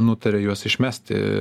nutaria juos išmesti